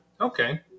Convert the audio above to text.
Okay